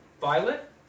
violet